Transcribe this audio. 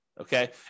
okay